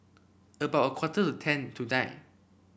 about a quarter to ten tonight